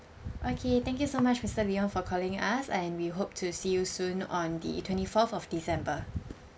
okay thank you so much mister leon for calling us and we hope to see you soon on the twenty fourth of december